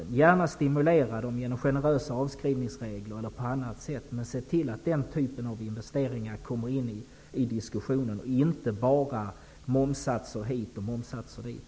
Man kan gärna stimulera dem genom generösa avskrivningsregler eller på annat sätt, men se till att den typen av investeringar kommer in i diskussionen, så att det inte bara talas om momssatser hit och dit.